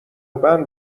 بند